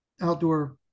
outdoor